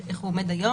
איך הוא עומד היום